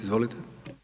Izvolite.